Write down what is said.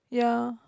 ya